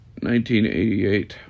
1988